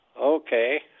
Okay